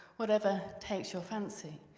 whatever takes your fancy.